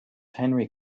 henry